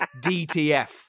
DTF